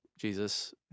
Jesus